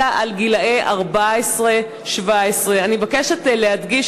אלא על גילאי 14 17. אני מבקשת להדגיש,